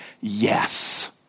yes